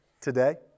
today